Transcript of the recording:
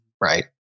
right